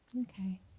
Okay